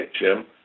Jim